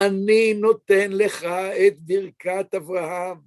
אני נותן לך את ברכת אברהם.